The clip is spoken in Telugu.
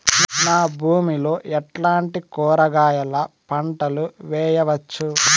నా భూమి లో ఎట్లాంటి కూరగాయల పంటలు వేయవచ్చు?